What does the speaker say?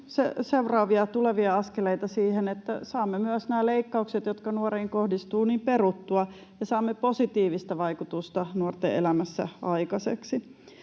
seuraavia tulevia askeleita siihen, että saamme myös nämä leikkaukset, jotka nuoriin kohdistuvat, peruttua ja saamme positiivista vaikutusta nuorten elämässä aikaiseksi.